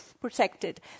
protected